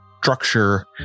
structure